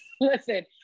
Listen